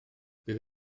bydd